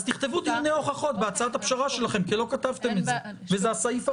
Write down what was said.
אז תכתבו דיוני הוכחות בהצעת הפשרה שלכם כי לא כתבתם את זה,